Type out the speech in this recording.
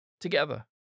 together